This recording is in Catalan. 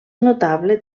notable